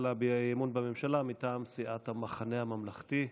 להביע אי-אמון בממשלה מטעם סיעת המחנה הממלכתי.